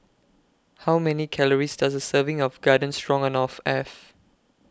How Many Calories Does A Serving of Garden Stroganoff Have